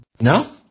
No